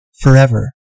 forever